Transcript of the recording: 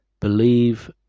believe